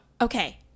Okay